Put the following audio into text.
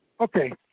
Okay